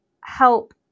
help